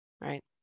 Right